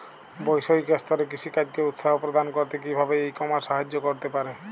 বৈষয়িক স্তরে কৃষিকাজকে উৎসাহ প্রদান করতে কিভাবে ই কমার্স সাহায্য করতে পারে?